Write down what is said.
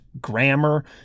grammar